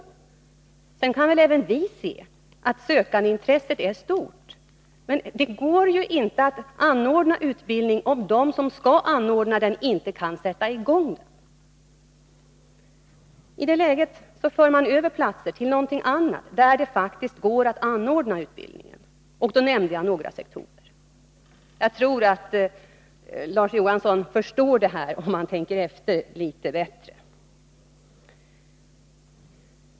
Även vi kan se att sökandeintresset är stort, men det går inte att anordna utbildning om de som skall stå för den inte kan sätta i gång den. I det läget för vi i stället över platser till annan utbildning, som det faktiskt går att anordna. Jag nämnde några sektorer. Jag tror att Larz Johansson förstår detta, om han tänker efter litet bättre.